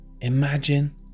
imagine